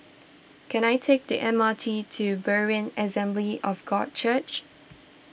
can I take the M R T to Berean Assembly of God Church